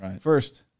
First